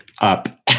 up